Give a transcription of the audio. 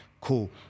Cool